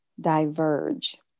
Diverge